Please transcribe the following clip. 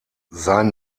sein